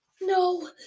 No